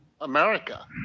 America